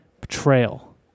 betrayal